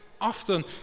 often